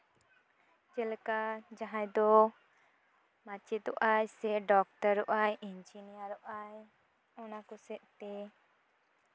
ᱪᱮᱫ ᱞᱮᱠᱟ ᱡᱟᱦᱟᱸᱭ ᱫᱚ ᱢᱟᱪᱮᱫᱚᱜ ᱟᱭ ᱥᱮ ᱰᱚᱠᱴᱚᱨᱚᱜᱼᱟᱭ ᱤᱧᱡᱤᱱᱤᱭᱟᱨᱚᱜᱼᱟᱭ ᱚᱱᱟ ᱠᱚ ᱥᱮᱫ ᱛᱮ